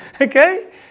Okay